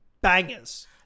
Bangers